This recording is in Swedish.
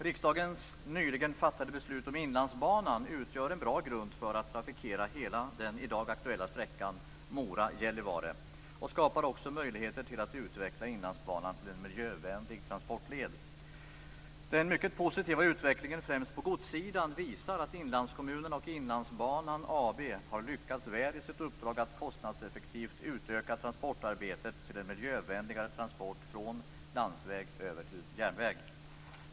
Riksdagens nyligen fattade beslut om Inlandsbanan utgör en bra grund för att trafikera hela den i dag aktuella sträckan Mora-Gällivare och skapar också möjligheter till att utveckla Inlandsbanan till en miljövänlig transportled. Den mycket positiva utvecklingen främst på godssidan visar att inlandskommunerna och Inlandsbanan AB har lyckats väl i sitt uppdrag att kostnadseffektivt utöka transportarbetet till en miljövänligare transport från landsväg över till järnväg.